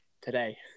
today